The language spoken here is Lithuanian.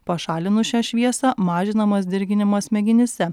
pašalinus šią šviesą mažinamas dirginimas smegenyse